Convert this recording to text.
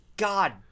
God